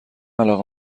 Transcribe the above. علاقه